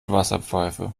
wasserpfeife